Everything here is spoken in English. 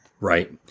Right